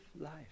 life